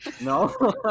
no